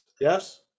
Yes